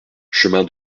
chemin